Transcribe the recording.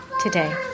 today